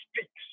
speaks